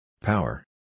Power